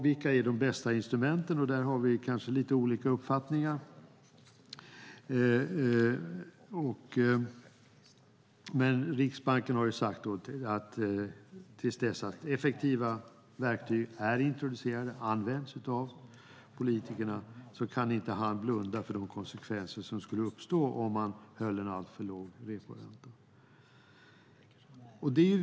Vilka är de bästa instrumenten? Där har vi lite olika uppfattningar. Riksbankschefen har sagt att till dess att effektiva verktyg har introducerats och används av politikerna kan han inte blunda för de konsekvenser som uppstår med en alltför låg reporänta.